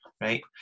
right